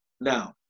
Now